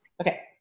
Okay